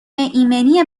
ایمنی